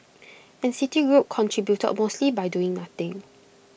and citigroup contributed mostly by doing nothing